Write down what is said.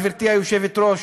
גברתי היושבת-ראש,